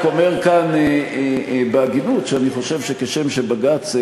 אני רק אומר כאן, בהגינות, שאני חושב שכשם שבג"ץ,